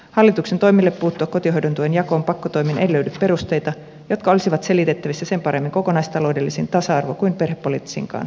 hallituksen toimille puuttua kotihoidon tuen jakoon pakkotoimin ei löydy perusteita jotka olisivat selitettävissä sen paremmin kokonaistaloudellisin tasa arvo kuin perhepoliittisinkaan argumentein